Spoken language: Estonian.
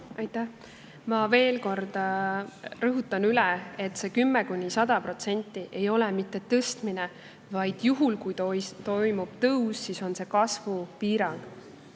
Ma veel kord rõhutan, et see 10–100% ei ole mitte tõstmine, vaid juhul, kui toimub tõus, siis on see kasvupiirang.